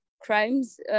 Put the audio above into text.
crimes